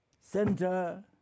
center